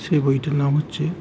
সেই বইটার নাম হচ্ছে